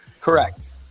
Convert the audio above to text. Correct